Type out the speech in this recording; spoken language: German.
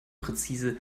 präzise